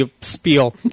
spiel